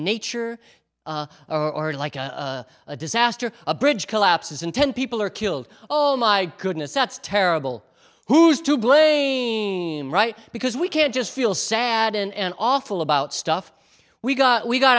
nature or like a disaster a bridge collapses and ten people are killed oh my goodness that's terrible who's to blame right because we can't just feel sad and awful about stuff we got we got